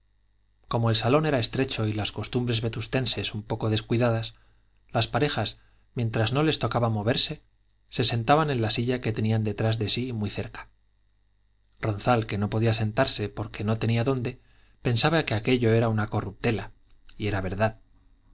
como el salón era estrecho y las costumbres vetustenses un poco descuidadas las parejas mientras no les tocaba moverse se sentaban en la silla que tenían detrás de sí muy cerca ronzal que no podía sentarse porque no tenía dónde pensaba que aquello era una corruptela y era verdad